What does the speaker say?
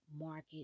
market